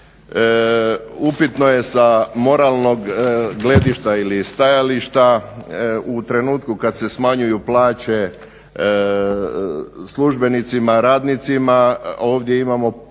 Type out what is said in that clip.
upitno je sa moralnog gledišta ili stajališta u trenutku kada se smanjuju plaće službenicima, radnicima, ovdje imamo